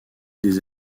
des